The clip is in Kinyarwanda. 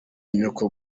nyoko